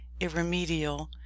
irremedial